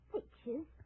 Pictures